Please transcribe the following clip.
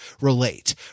relate